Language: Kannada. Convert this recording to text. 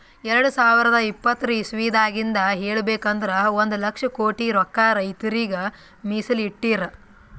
ಎರಡ ಸಾವಿರದ್ ಇಪ್ಪತರ್ ಇಸವಿದಾಗಿಂದ್ ಹೇಳ್ಬೇಕ್ ಅಂದ್ರ ಒಂದ್ ಲಕ್ಷ ಕೋಟಿ ರೊಕ್ಕಾ ರೈತರಿಗ್ ಮೀಸಲ್ ಇಟ್ಟಿರ್